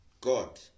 God